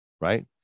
right